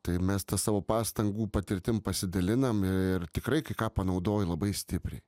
tai mes ta savo pastangų patirtim pasidalinam ir tikrai kai ką panaudoji labai stipriai